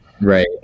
Right